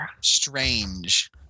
strange